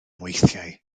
weithiau